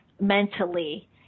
mentally